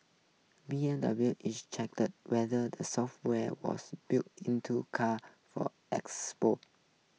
B M W is checked whether the software was built into cars for export